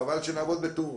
חבל שנעבוד בטור.